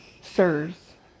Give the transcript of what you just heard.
sirs